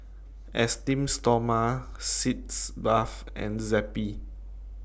Esteem Stoma Sitz Bath and Zappy